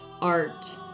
art